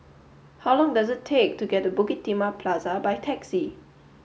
how long does it take to get to Bukit Timah Plaza by taxi